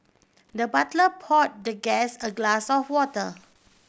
the butler pour the guest a glass of water